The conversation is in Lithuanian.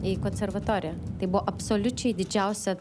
į konservatoriją tai buvo absoliučiai didžiausia